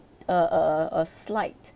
a a a a slight